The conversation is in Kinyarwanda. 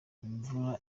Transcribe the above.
imvura